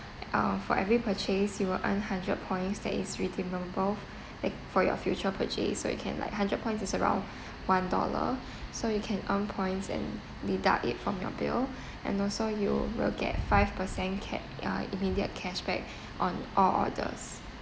uh for every purchase you will earn hundred points that is redeemable it for your future purchase so you can like hundred points is around one dollar so you can earn points and deduct it from your bill and also you will get five percent cap or immediate cashback on or orders